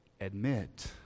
Admit